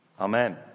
Amen